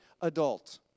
adult